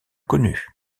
connue